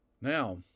Now